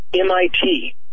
MIT